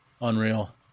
Unreal